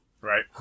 Right